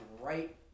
right